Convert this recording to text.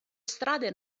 strade